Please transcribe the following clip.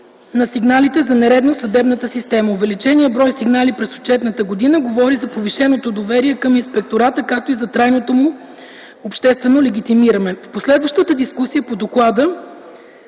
на сигналите за нередност в съдебната система. Увеличеният брой сигнали през отчетната година говори за повишеното доверие към Инспектората, както и за трайното му обществено легитимиране. В последващата дискусия по Доклада